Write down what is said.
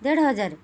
ଦେଢ଼ ହଜାର